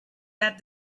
that